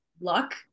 luck